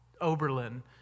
Oberlin